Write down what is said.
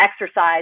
exercise